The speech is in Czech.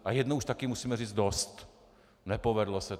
A jednou už taky musíme říct: Dost. Nepovedlo se.